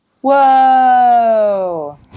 Whoa